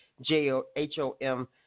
J-O-H-O-M